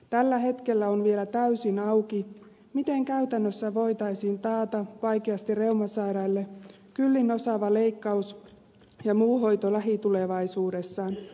tällä hetkellä on vielä täysin auki miten käytännössä voitaisiin taata vaikeasti reumasairaille kyllin osaava leikkaus ja muu hoito lähitulevaisuudessa